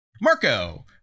Marco